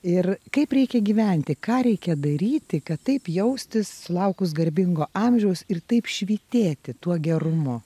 ir kaip reikia gyventi ką reikia daryti kad taip jaustis sulaukus garbingo amžiaus ir taip švytėti tuo gerumu